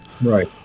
Right